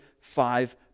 five